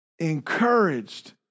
encouraged